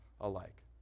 alike